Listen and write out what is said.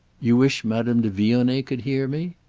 you wish madame de vionnet could hear me?